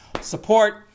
support